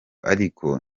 ariko